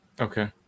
Okay